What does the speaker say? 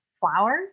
flowers